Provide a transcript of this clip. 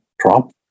Trump